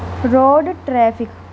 road traffic